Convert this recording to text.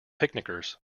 picnickers